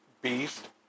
Beast